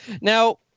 Now